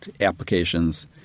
applications